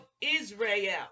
Israel